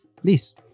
please